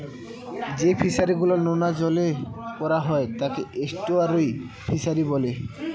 যে ফিশারি গুলো নোনা জলে করা হয় তাকে এস্টুয়ারই ফিশারি বলে